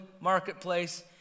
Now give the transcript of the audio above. marketplace